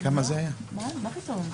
מה פתאום.